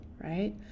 right